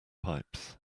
pipes